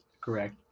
Correct